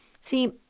See